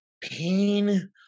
pain